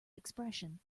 expression